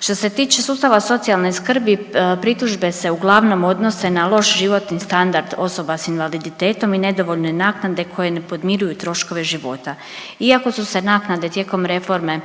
Što se tiče sustava socijalne skrbi pritužbe se uglavnom odnose na loš život i standard osoba s invaliditetom i nedovoljne naknade koje ne podmiruju troškove života. Iako su se naknade tijekom reforme